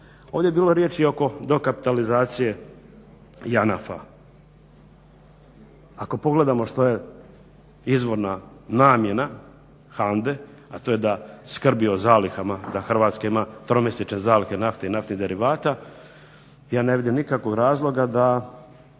Ovdje je bilo riječi i oko dokapitalizacije JANAF-a. Ako pogledamo što je izvorna namjena HANDA-e, a to je da skrbi o zalihama, da Hrvatska ima tromjesečne zalihe nafte i naftnih derivata ja ne vidim nikakvog razloga da